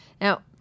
Now